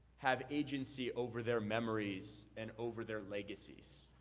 have agency over their memories and over their legacies.